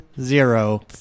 zero